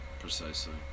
Precisely